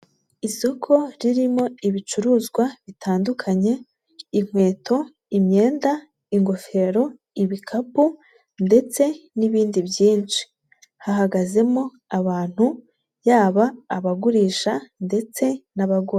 Isoko ririmo ibicuruzwa bitandukanye; inkweto, imyenda, ingofero, ibikapu ndetse n'ibindi byinshi, hahagazemo abantu yaba abagurisha ndetse n'abagura.